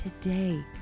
today